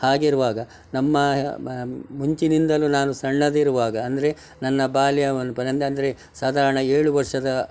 ಹಾಗಿರುವಾಗ ನಮ್ಮ ಮುಂಚಿನಿಂದಲು ನಾನು ಸಣ್ಣದಿರುವಾಗ ಅಂದರೆ ನನ್ನ ಬಾಲ್ಯವನ್ನು ನನ್ನದಂದ್ರೆ ಸಾಧಾರಣ ಏಳು ವರ್ಷದ